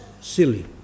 silly